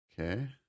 Okay